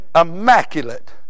immaculate